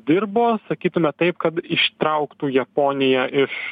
dirbo sakytume taip kad ištrauktų japoniją iš